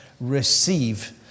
receive